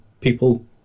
people